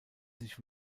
sich